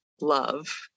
love